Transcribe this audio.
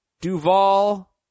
Duvall